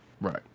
Right